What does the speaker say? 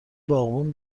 باغبون